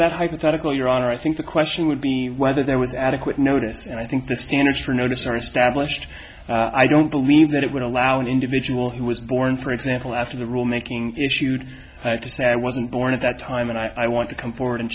that hypothetical your honor i think the question would be whether there was adequate notice and i think the standards for notice are established i don't believe that it would allow an individual who was born for example after the rulemaking issued to say i wasn't born at that time and i want to come forward and